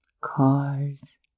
cars